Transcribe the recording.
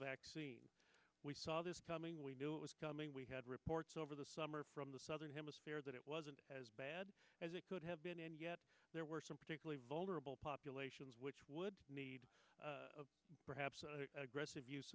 vaccine we saw this coming we knew it was coming we had reports over the summer from the southern hemisphere that it wasn't as bad as it could have been and yet there were some particularly vulnerable populations which would need perhaps aggressive use